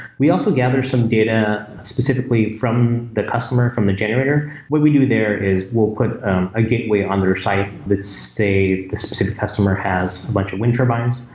we also gather some data data specifically from the customer from the generator. what we do there is we'll put a gateway on their site that say the customer has a bunch of wind turbines.